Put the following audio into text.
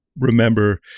remember